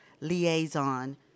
Liaison